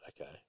okay